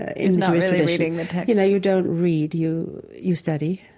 is not really reading the text you know, you don't read you you study.